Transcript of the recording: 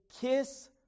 kiss